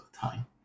time